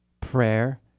Prayer